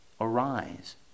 arise